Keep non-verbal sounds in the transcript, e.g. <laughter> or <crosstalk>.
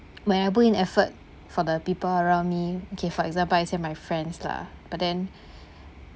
when I put in effort for the people around me okay for example I say my friends lah but then <breath>